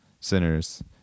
sinners